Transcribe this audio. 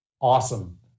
Awesome